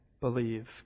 believe